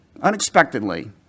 unexpectedly